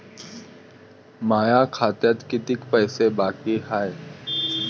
माया खात्यात कितीक पैसे बाकी हाय?